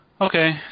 Okay